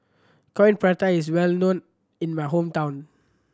Coin Prata is well known in my hometown